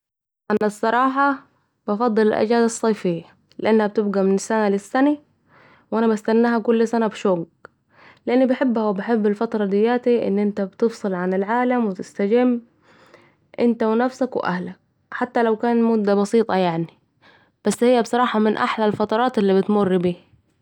انا الصراحه بفضل الاجازه الصيفيه لانها بتبقي من السنه للسنه, وانا بستناها كل سنه بشوق, لاني بحبها وبحب الفتره دياتي ان انت بتفصل عن العالم وتستجم انت ونفسك و اهلك, حتي لو كانت مدة بسيطه يعني بس هي بصراحه من احلى الفترات إلي بتمر بيها